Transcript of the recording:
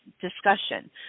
discussion